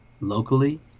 locally